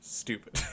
stupid